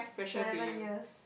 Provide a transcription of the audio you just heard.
seven years